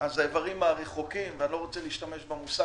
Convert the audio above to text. האיברים הרחוקים ואני לא רוצה להשתמש במושג